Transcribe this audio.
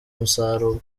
umusaruro